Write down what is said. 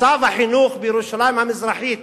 מצב החינוך בירושלים המזרחית,